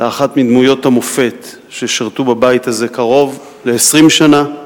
לזכר אחת מדמויות המופת ששירתו בבית הזה קרוב ל-20 שנה,